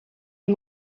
him